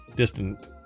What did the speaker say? Distant